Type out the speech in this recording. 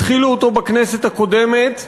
התחילו אותו בכנסת הקודמת,